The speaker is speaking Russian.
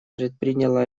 предприняло